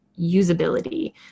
usability